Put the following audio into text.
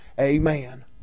Amen